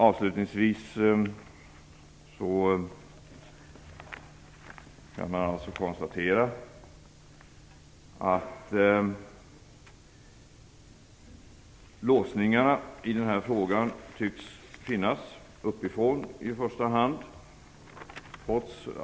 Avslutningsvis kan jag alltså konstatera att låsningarna i den här frågan tycks ha gjorts i första hand uppifrån.